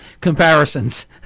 comparisons